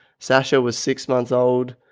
sasha was six months old.